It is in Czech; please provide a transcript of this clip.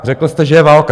Řekl jste, že je válka.